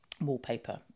wallpaper